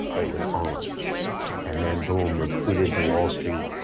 it was on and then boom recruited to wall street,